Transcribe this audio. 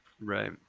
Right